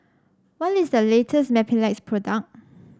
what is the latest Mepilex product